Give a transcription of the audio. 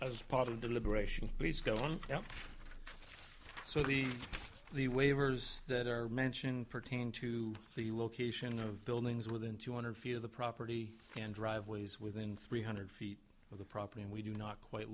as part of deliberation please go on so the the waivers that are mentioned pertain to the location of buildings within two hundred feet of the property and driveways within three hundred feet of the property and we do not quite